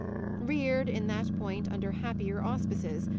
reared, in that point, under happier auspices,